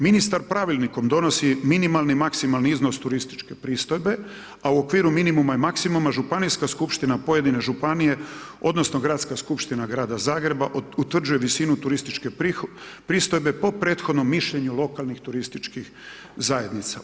Ministar Pravilnikom donosi minimalni i maksimalni iznos turističke pristojbe, a u okviru minimuma i maksimuma, županijska skupština pojedine Županije odnosno gradska skupština grada Zagreba utvrđuje visinu turističke pristojbe po prethodnom mišljenju lokalnih turističkih zajednica.